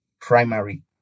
primary